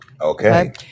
Okay